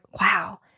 Wow